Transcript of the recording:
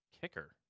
Kicker